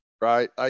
right